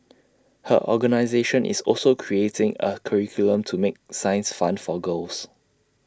her organisation is also creating A curriculum to make science fun for girls